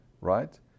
right